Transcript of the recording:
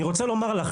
אני רוצה לומר לך